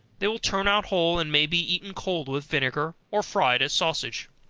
they will turn out whole, and may be eaten cold with vinegar, or fried as sausage.